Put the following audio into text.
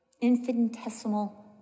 infinitesimal